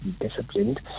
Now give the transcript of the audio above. disciplined